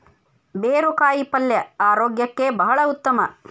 ಬೇರು ಕಾಯಿಪಲ್ಯ ಆರೋಗ್ಯಕ್ಕೆ ಬಹಳ ಉತ್ತಮ